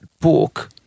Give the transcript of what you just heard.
book